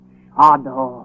shadow